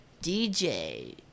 DJ